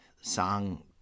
song